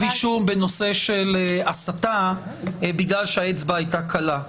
אישום בנושא של הסתה בגלל שהאצבע הייתה קלה.